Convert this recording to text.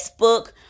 Facebook